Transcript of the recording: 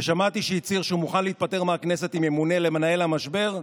ששמעתי שהצהיר שהוא מוכן להתפטר מהכנסת אם ימונה למנהל המשבר.